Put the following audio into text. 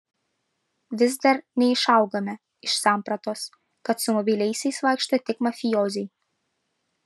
vis dar neišaugame iš sampratos kad su mobiliaisiais vaikšto tik mafijoziai